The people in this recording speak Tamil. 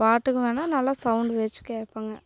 பாட்டுங்க வேணா நல்லா சவுண்டு வச்சு கேட்பேங்க